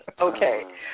Okay